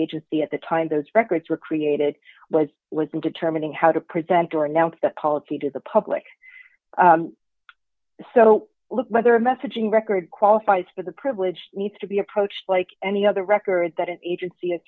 agency at the time those records were created was was in determining how to present or announce that policy to the public so look whether a messaging record qualifies for the privileged needs to be approached like any other record that